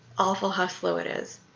awful how slow it is